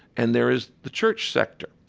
and there is the church sector.